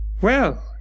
Well